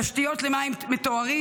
תשתיות למים מטוהרים,